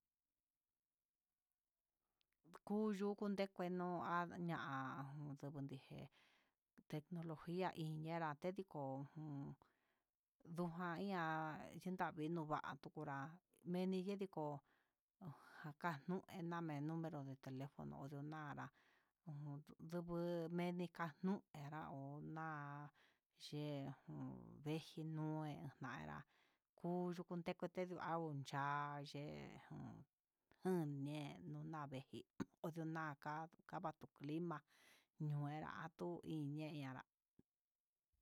Kuyuu kundekeno aya'a nda ndujé tenujia iñera kudijó, ojon nduja ihá kendani kua inrá meni jo'o, hojanue nuu numero de telefono, onio nanrá ojeninu mekanura onenurá, chenduu nejinó nará kuu kundekino yu'á aunda yee jun enñe unaveji ondunaja kava'a tu clima ñoo enrá tu iñe nará.